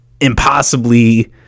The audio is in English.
impossibly